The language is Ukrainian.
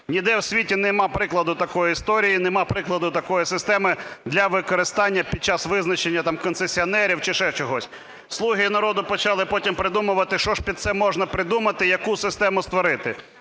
Ніде в світі немає прикладу такої історії, немає прикладу такої системи для використання під час визначення концесіонерів чи ще чогось. "Слуги народу" почали потім придумувати, що ж під це можна придумати, яку систему створити.